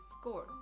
Score